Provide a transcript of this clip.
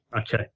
Okay